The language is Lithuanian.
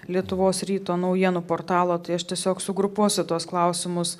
lietuvos ryto naujienų portalo tai aš tiesiog sugrupuosiu tuos klausimus